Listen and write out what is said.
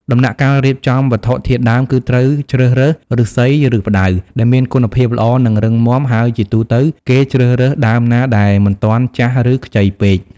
ដំណាក់កាលរៀបចំវត្ថុធាតុដើម គឺត្រូវជ្រើសរើស ឫស្សី ឬ ផ្តៅ ដែលមានគុណភាពល្អ និងរឹងមាំ ហើយជាទូទៅ គេជ្រើសរើសដើមណាដែលមិនទាន់ចាស់ឬខ្ចីពេក។